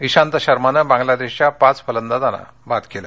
इशांत शर्मानं बांग्लादेशच्या पाच फलंदाजांना बाद केलं